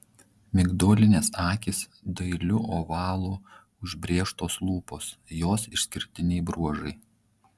migdolinės akys dailiu ovalu užbrėžtos lūpos jos išskirtiniai bruožai